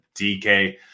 DK